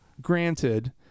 granted